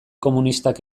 komunistak